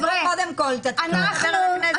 אז קודם כול תתחילו לדבר על הכנסת.